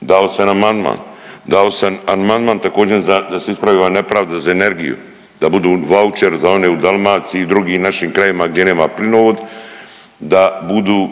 dao sam amandman, dao sam amandman također za, da se ispravi ova nepravda za energiju, da budu vaučeri za one u Dalmaciji i u drugim našim krajevima gdje nema plinovod da budu